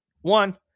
One